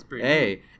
hey